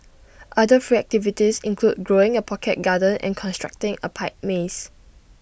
other free activities include growing A pocket garden and constructing A pipe maze